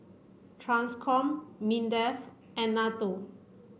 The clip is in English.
TRANSCOM MINDEF and NATO